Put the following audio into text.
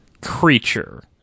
Creature